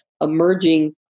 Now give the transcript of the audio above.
emerging